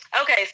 Okay